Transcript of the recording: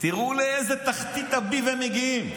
תראו לאיזה תחתית הביב הם מגיעים.